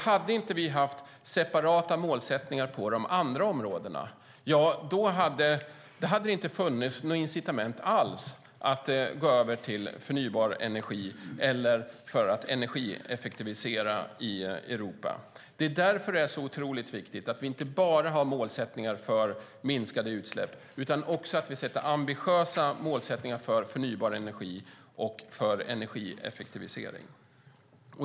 Hade vi inte haft separata målsättningar på de andra områdena, ja, då hade det inte funnits något incitament alls att gå över till förnybar energi eller att energieffektivisera i Europa. Det är därför det är så otroligt viktigt att vi inte bara har målsättningar för minskade utsläpp utan att vi också har ambitiösa målsättningar för förnybar energi och energieffektivisering.